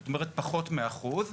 זאת אומרת פחות מאחוז.